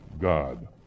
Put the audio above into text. God